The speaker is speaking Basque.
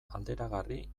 alderagarri